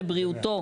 לבריאותו,